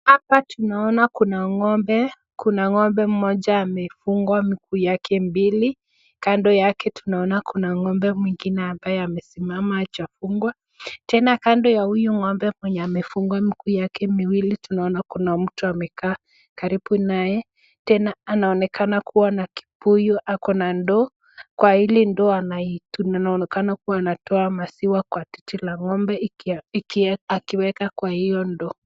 Hapa tunaona kuna ng'ombe kuna ng'ombe mmoja amefungwa miguu yake mbili kando yake tunaona kuna ng'ombe mwingine ambae amesimama hajafungwa. Tena kando ya uyu ng'ombe mwenye amefungwa miguu yake miwili tunaona kuna mtu amekaa karibu nae tena anaonekana kuwa na kibuyu akona ndoo. Kwa ile ndoo inaonekana kuwa anatoa maziwa kwa titi la ng'ombe akiweka kwa hio ndoo.